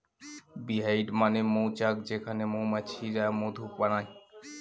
bee hive মানে মৌচাক যেখানে মৌমাছিরা মধু বানায়